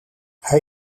hij